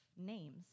Names